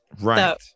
right